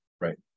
Right